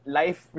life